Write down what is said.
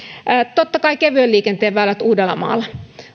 totta kai kevyen liikenteen väylät uudellamaalla